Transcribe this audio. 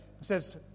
says